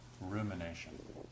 rumination